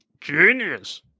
Genius